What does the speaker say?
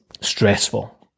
stressful